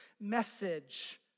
message